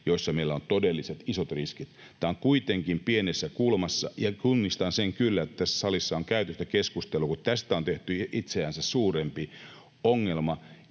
joissa meillä on todelliset isot riskit. Tämä on kuitenkin pienessä kulmassa, ja tunnistan sen kyllä, että kun tässä salissa on käyty tätä keskustelua, tästä on tehty itseänsä suurempi ongelma,